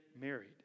married